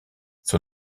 son